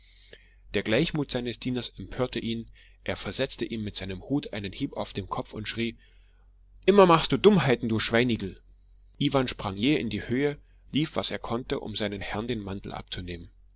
der gleichmut seines dieners empörte ihn er versetzte ihm mit seinem hut einen hieb auf den kopf und schrie immer machst du dummheiten du schweinigel iwan sprang jäh in die höhe lief was er konnte um seinem herrn den mantel abzunehmen